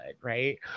right